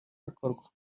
rikorwa